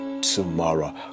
tomorrow